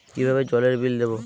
কিভাবে জলের বিল দেবো?